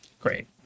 great